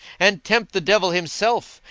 and tempt the devil himself,